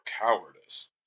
cowardice